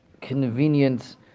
convenient